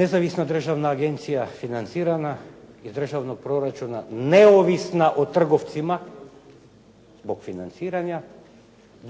Nezavisna državna agencija financirana iz državnog proračuna, neovisna o trgovcima zbog financiranja,